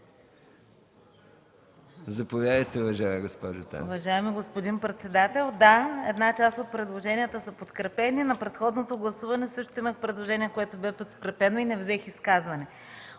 Заповядайте, уважаема госпожо Танева.